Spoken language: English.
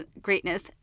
greatness